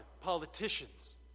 politicians